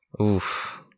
oof